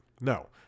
No